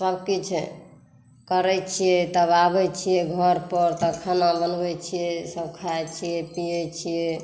सबकिछु करै छियै तब आबै छियै घर पर तब खाना बनबै छियै सब खाइ छियै पियै छियै